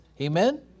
amen